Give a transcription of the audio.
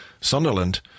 Sunderland